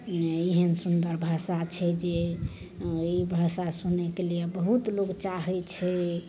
एहन सुन्दर भाषा छै जे ई भाषा सुनैके लिए बहुत लोग चाहै छै